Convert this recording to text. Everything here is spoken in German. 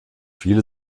viele